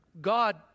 God